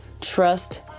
trust